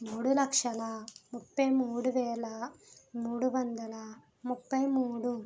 మూడు లక్షల ముప్పై మూడు వేల మూడువందల ముప్పై మూడు